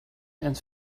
and